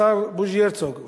השר בוז'י הרצוג,